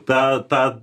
tą tą